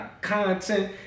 content